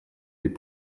les